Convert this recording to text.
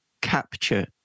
capture